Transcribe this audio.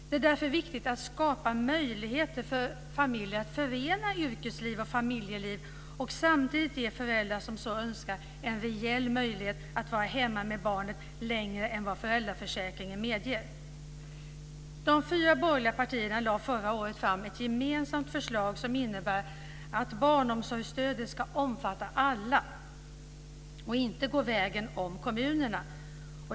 Det är därför viktigt att skapa möjligheter för familjen att förena yrkesliv och familjeliv och samtidigt ge föräldrar som så önskar en reell möjlighet att vara hemma med barnen längre än vad föräldraförsäkringen medger. De fyra borgerliga partierna lade förra året fram ett gemensamt förslag som innebär att barnomsorgsstödet ska omfatta alla och inte gå vägen om kommunerna.